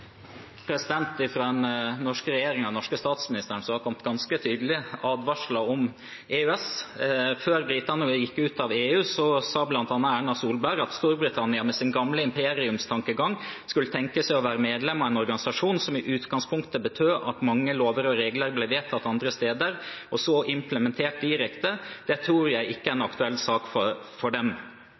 den norske regjeringen og den norske statsministeren har det kommet ganske tydelige advarsler mot EØS. Før britene gikk ut av EU, sa bl.a. Erna Solberg at Storbritannia med sin gamle imperiumstankegang skulle tenke seg om for å være medlem i en organisasjon som i utgangspunktet betydde at mange lover og regler ble vedtatt andre steder og så implementert direkte. Det tror jeg ikke er en aktuell sak for dem,